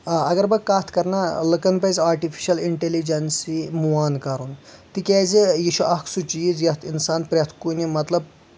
آ اَگر بہٕ کَتھ کَرٕ نا لُکن پَزِ آرٹیٚفیٚشل انٹیٚلجنس یہِ موو آن کَرُن تِکیٛازِ یہِ چھُ اکھ سُہ چیٖز یَتھ اِنسان پرٛٮ۪تھ کُنہِ مطلب